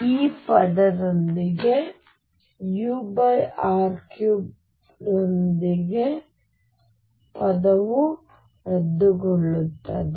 ಈ ಪದದೊಂದಿಗೆ ur3 ರೊಂದಿಗೆ ಪದವು ರದ್ದುಗೊಳ್ಳುತ್ತದೆ